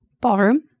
Ballroom